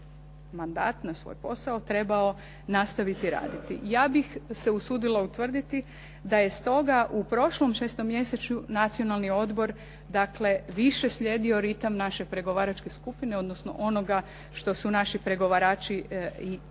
mandat, na svoj posao, trebao nastaviti raditi. Ja bih se usudila utvrditi da je stoga u prošlom šestomjesečju Nacionalni odbor dakle više slijedio ritam naše pregovaračke skupine odnosno onoga što su naši pregovarači i